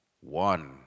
one